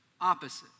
opposite